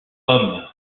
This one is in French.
homme